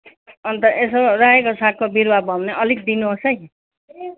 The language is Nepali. अन्त यसो रायोको सागको बिरुवा भयो भने अलिक दिनुहोस् है